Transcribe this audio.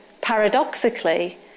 paradoxically